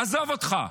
--- עזוב אותך.